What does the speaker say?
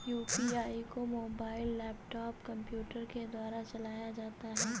UPI को mobile laptop computer के द्वारा चलाया जाता है